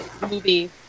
movie